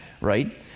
right